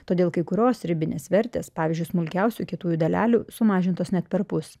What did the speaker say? todėl kai kurios ribinės vertės pavyzdžiui smulkiausių kietųjų dalelių sumažintos net perpus